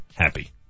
happy